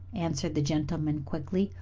answered the gentleman quickly.